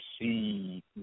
see